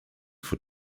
for